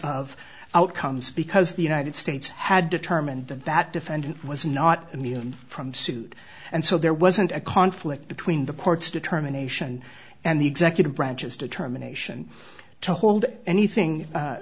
of outcomes because the united states had determined that that defendant was not immune from suit and so there wasn't a conflict between the court's determination and the executive branch's determination to hold anything